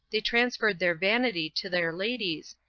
they transferred their vanity to their ladies,